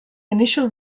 initial